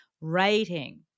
Writing